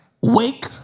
Wake